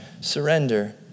surrender